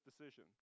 decision